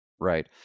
right